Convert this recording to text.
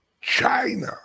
China